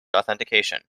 authentication